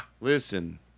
Listen